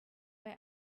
bei